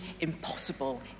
impossible